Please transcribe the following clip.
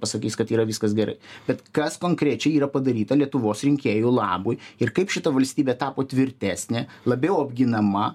pasakys kad yra viskas gerai bet kas konkrečiai yra padaryta lietuvos rinkėjų labui ir kaip šita valstybė tapo tvirtesnė labiau apginama